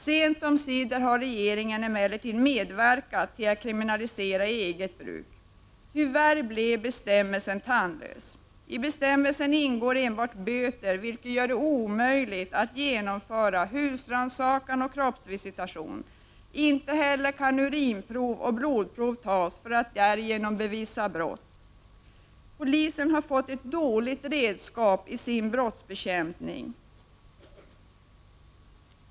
Sent omsider har regeringen emellertid medverkat till att kriminalisera narkotikabruk. Tyvärr blev bestämmelsen tandlös. Bestämmelsen innebär enbart böter, vilket gör det omöjligt att genomföra husrannsakan och kroppsvisitation. Inte heller kan urinprov och blodprov tas för att man därigenom skall kunna bevisa brott. Polisen har fått ett dåligt redskap för sin brottsbekämpning.